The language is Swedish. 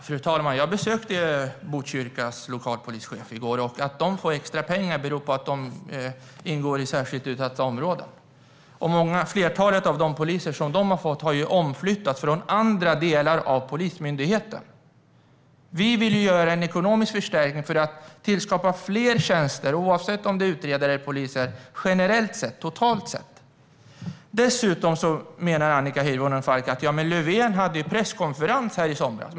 Fru talman! Jag besökte Botkyrkas lokalpolischef i går. Att de får extra pengar beror på att de ingår i kategorin särskilt utsatta områden. Flertalet av de poliser som de har fått har omflyttats från andra delar av Polismyndigheten. Vi vill i stället göra en ekonomisk förstärkning för att totalt sett tillskapa fler tjänster, oavsett om det är utredare eller poliser. Annika Hirvonen Falk framhåller att Löfven höll presskonferens i somras.